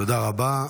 תודה רבה.